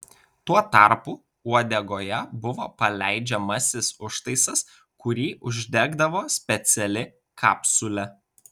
tuo tarpu uodegoje buvo paleidžiamasis užtaisas kurį uždegdavo speciali kapsulė